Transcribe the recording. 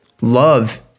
love